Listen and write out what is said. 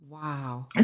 Wow